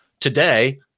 Today